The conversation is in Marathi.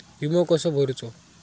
विमा कसो भरूचो?